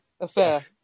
affair